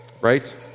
right